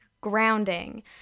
Grounding